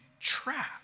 trap